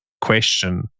question